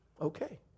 okay